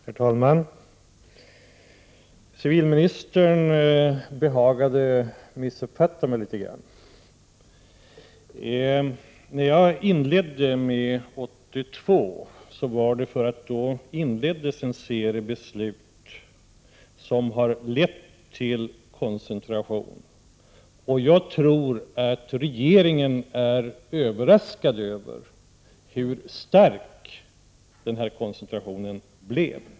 Herr talman! Civilministern behagade missuppfatta mig litet grand. När jag utgick från 1982 gjorde jag det därför att då inleddes en serie beslut som harlett till koncentration. Jag tror att regeringen är överraskad över hur stark den här koncentrationen blev.